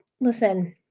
listen